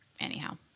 anyhow